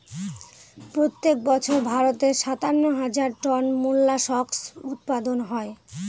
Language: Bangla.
প্রত্যেক বছর ভারতে সাতান্ন হাজার টন মোল্লাসকস উৎপাদন হয়